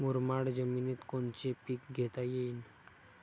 मुरमाड जमिनीत कोनचे पीकं घेता येईन?